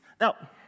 Now